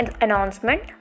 announcement